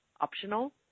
optional